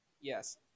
Yes